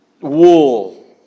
wool